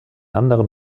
anderen